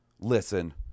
listen